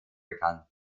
bekannt